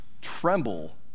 tremble